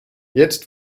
jetzt